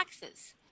taxes